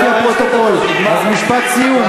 משפט סיום.